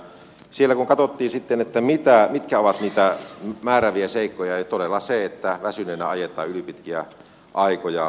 siellä kun katsottiin sitten mitkä ovat niitä määrääviä seikkoja niin todella se että väsyneenä ajetaan ylipitkiä aikoja mitä ei valvota saattaa olla syynä